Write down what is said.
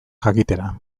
jakitera